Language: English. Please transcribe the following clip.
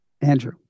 Andrew